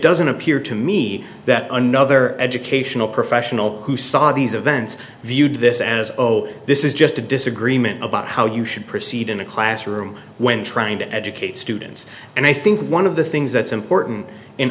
doesn't appear to me that another educational professional who saw these events viewed this as oh this is just a disagreement about how you should proceed in a classroom when trying to educate students and i think one of the things that's important in